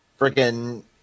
freaking